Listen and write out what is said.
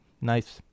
nice